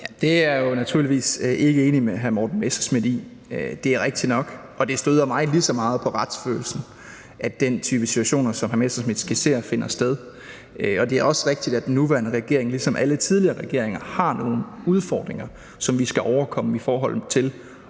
Det er jeg jo naturligvis ikke enig med hr. Morten Messerschmidt i. Det er rigtigt nok, og det støder mig lige så meget på retsfølelsen, at den type situationer, som hr. Morten Messerschmidt skitserer, finder sted. Det er også rigtigt, at den nuværende regering ligesom alle tidligere regeringer har nogle udfordringer, som vi skal kunne overkomme, i forhold til